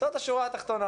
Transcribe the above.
זאת השורה התחתונה